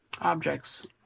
objects